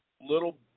little